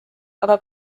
aga